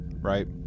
right